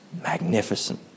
Magnificent